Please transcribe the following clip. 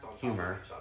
humor